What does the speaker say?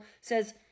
says